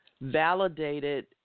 validated